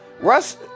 Russ